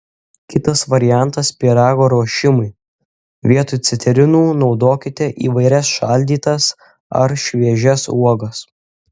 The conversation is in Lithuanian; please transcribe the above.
kitas variantas pyrago ruošimui vietoj citrinų naudokite įvairias šaldytas ar šviežias uogas